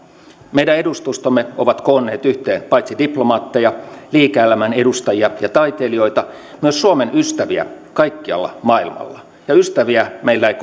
meidän edustustomme ovat koonneet yhteen paitsi diplomaatteja liike elämän edustajia ja taiteilijoita myös suomen ystäviä kaikkialla maailmalla ja ystäviä meillä ei